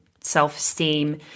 self-esteem